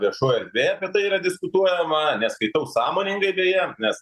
viešojoj erdvėj apie tai yra diskutuojama neskaitau sąmoningai deja nes